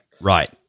right